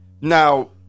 Now